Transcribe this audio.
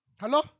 Hello